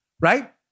right